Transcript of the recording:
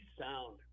sound